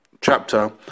chapter